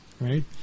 right